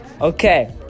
Okay